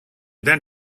then